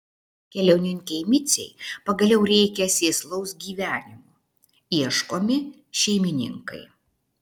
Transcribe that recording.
keliauninkei micei pagaliau reikia sėslaus gyvenimo ieškomi šeimininkai